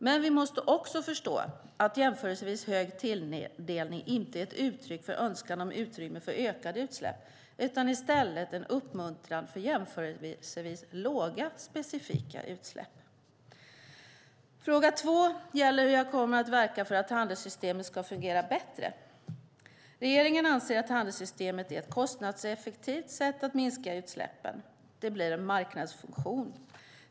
Men vi måste också förstå att en jämförelsevis hög tilldelning inte är ett uttryck för en önskan om utrymme för ökade utsläpp utan i stället en uppmuntran för jämförelsevis låga specifika utsläpp. Fråga två gäller hur jag kommer att verka för att handelssystemet ska fungera bättre. Regeringen anser att handelssystemet är ett kostnadseffektivt sätt att minska utsläppen. Det blir en marknadsfunktion.